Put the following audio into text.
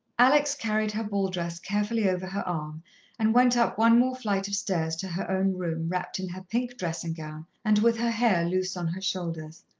alex carried her ball dress carefully over her arm and went up one more flight of stairs to her own room, wrapped in her pink dressing-gown, and with her hair loose on her shoulders.